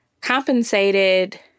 compensated